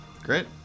Great